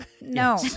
No